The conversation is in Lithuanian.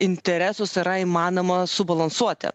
interesus yra įmanoma subalansuoti